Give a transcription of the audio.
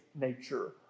nature